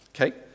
Okay